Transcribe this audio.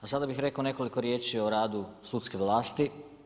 A sad bih rekao nekoliko riječi o radu sudske vlasti.